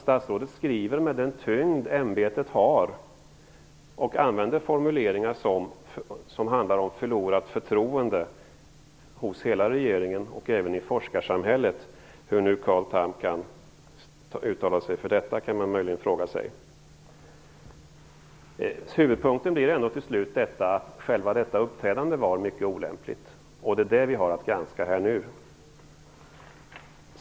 Statsrådet skriver med den tyngd som ämbetet har och använder formuleringar om förlorat förtroende hos hela regeringen och även i forskarsamhället. Hur Carl Tham kan uttala sig så kan man möjligen undra över. Huvudpunkten blir ändå att själva uppträdandet var mycket olämpligt. Det är det som vi har att granska nu.